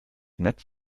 netz